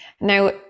now